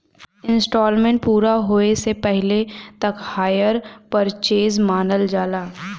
instalment पूरा होये से पहिले तक हायर परचेस मानल जाला